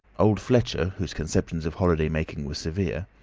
old fletcher, whose conceptions of holiday-making were severe,